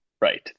Right